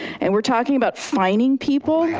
and we're talking about fining people. yeah